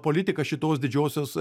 politiką šitos didžiosios